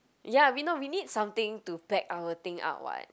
ya we not we need something to pack our thing up [what]